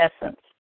essence